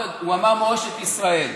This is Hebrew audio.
הוא אמר "מורשת ישראל".